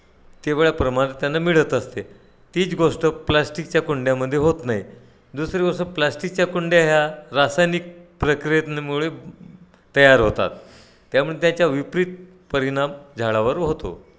तेवढ्या प्रमाणात त्यांना मिळत असते तीच गोष्ट प्लास्टिकच्या कुंड्यामध्ये होत नाही दुसरी गोष्ट प्लास्टिकच्या कुंड्या ह्या रासायनिक प्रक्रियेतनं मुळे तयार होतात त्यामुळे त्याच्या विपरीत परिणाम झाडावर होतो